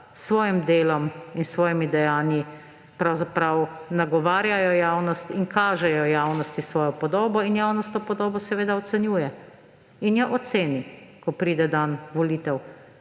svojim delom in svojimi dejanji pravzaprav nagovarjajo javnost in kažejo javnosti svojo podobo. In javnost to podobo seveda ocenjuje in jo oceni, ko pride dan volitev.